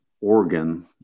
organ